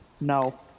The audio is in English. No